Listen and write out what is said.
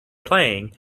playing